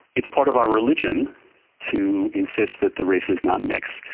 it's part of our religion to insist that the races not mix,